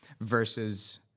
versus